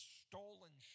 stolen